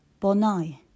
Bona'i